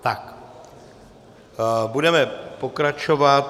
Tak, budeme pokračovat.